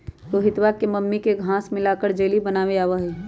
रोहितवा के मम्मी के घास्य मिलाकर जेली बनावे आवा हई